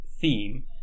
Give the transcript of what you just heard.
theme